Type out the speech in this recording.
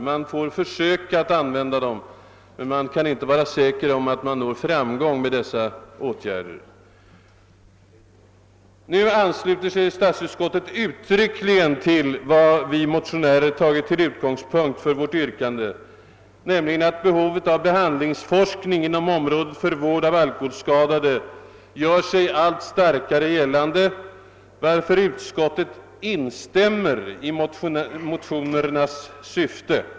Man får försöka att använda dem, men man kan enligt bitter erfarenhet alls inte vara säker på att man. når framgång med dessa åtgärder. Nu ansluter sig statsutskottet uttryckligen till vad vi motionärer tagit till utgångspunkt. för vårt yrkande, nämligen att behovet av behandlingsforskning inom området för vård av alkoholskadade gör sig allt starkare gällande, varför utskottet direkt instämmer i motionernas syfte.